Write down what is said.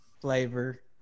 Flavor